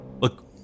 Look